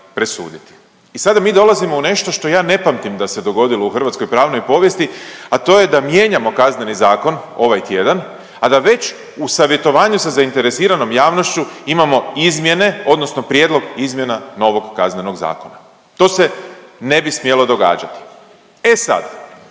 I sada mi dolazimo u nešto što ja ne pamtim da se dogodilo u hrvatskoj pravnoj povijesti, a to je da mijenjamo Kazneni zakon ovaj tjedan, a da već u savjetovanju sa zainteresiranom javnošću imamo izmjene odnosno prijedlog izmjena novog Kaznenog zakona, to se ne bi smjelo događati. E sad,